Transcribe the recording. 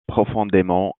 profondément